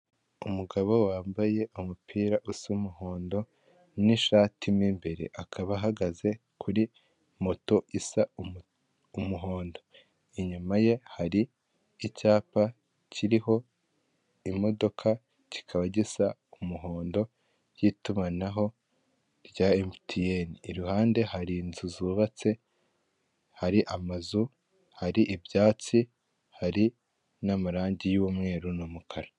Umugabo wambaye umupira usa umuhondo n'ishati mu imbere akaba ahagaze kuri moto isa umuhondo, inyuma ye hari icyapa kiriho imodoka kikaba gisa umuhondo by'itumanaho rya emutiyene, iruhande hari inzu zubatse hari amazu hari ibyatsi hari n'amarangi y'umweru n'umukara.